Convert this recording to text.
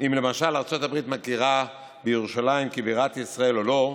אם למשל ארצות הברית מכירה בירושלים כבירת ישראל או לא,